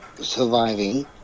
surviving